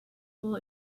will